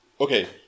Okay